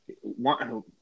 One